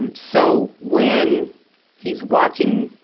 um so, when he's watching,